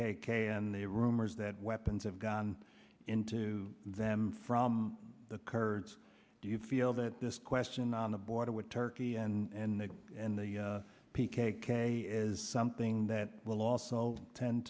k and the rumors that weapons have gone into them from the kurds do you feel that this question on the border with turkey and and the p k k is something that will also tend